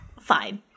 fine